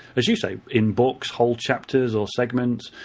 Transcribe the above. as you say, in books, whole chapters or segments,